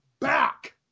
back